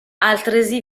altresì